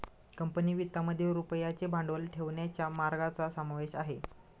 company वित्तामध्ये रुपयाचे भांडवल ठेवण्याच्या मार्गांचा समावेश आहे